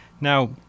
now